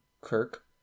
Kirk